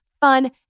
fun